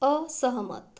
असहमत